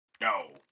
no